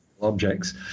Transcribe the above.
objects